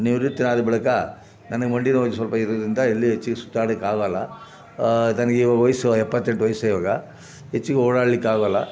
ನಿವೃತ್ತನಾದ ಬಳಿಕ ನನಗೆ ಮಂಡಿನೋವು ಒಂದು ಸ್ವಲ್ಪ ಇರೋದರಿಂದ ಎಲ್ಲಿಗೂ ಹೆಚ್ಚಿಗೆ ಸುತ್ತಾಡೋಕ್ಕಾಗೋಲ್ಲ ನನಗಿವಾಗ ವಯಸ್ಸು ಎಪ್ಪತ್ತೆಂಟು ವಯಸ್ಸು ಇವಾಗ ಹೆಚ್ಚಿಗೆ ಓಡಾಡ್ಲಿಕ್ಕಾಗೋಲ್ಲ